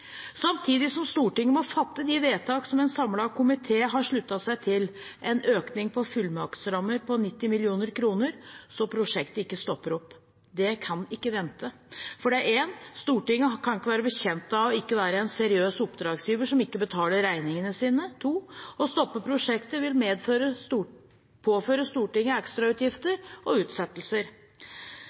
Samtidig må Stortinget fatte de vedtak som en samlet komité har sluttet seg til, en økning av fullmaktsrammen på 90 mill. kr, slik at prosjektet ikke stopper opp. Det kan ikke vente – fordi Stortinget kan ikke være bekjent av ikke å være en seriøs oppdragsgiver som ikke betaler regningene sine. Å stoppe prosjektet vil påføre Stortinget ekstrautgifter og utsettelser.